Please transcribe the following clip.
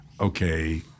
okay